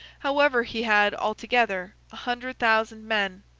however, he had, altogether, a hundred thousand men,